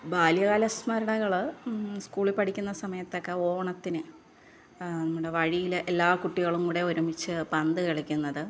ബാല്യകാല സ്മരണകൾ സ്കൂളിൽ പഠിക്കുന്ന സമയത്തൊക്കെ ഓണത്തിന് നമ്മുടെ വഴിയിൽ എല്ലാ കുട്ടികളും കൂടെ ഒരുമിച്ച് പന്ത് കളിക്കുന്നത്